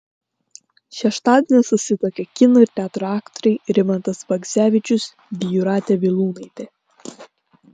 šeštadienį susituokė kino ir teatro aktoriai rimantas bagdzevičius bei jūratė vilūnaitė